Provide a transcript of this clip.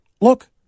look